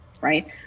Right